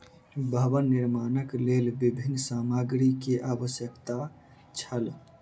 भवन निर्माणक लेल विभिन्न सामग्री के आवश्यकता छल